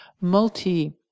multi